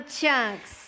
chunks